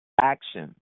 action